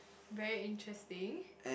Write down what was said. very interesting